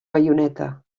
baioneta